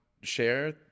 share